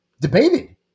debated